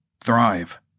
thrive